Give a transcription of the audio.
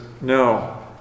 no